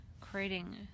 creating